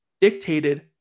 dictated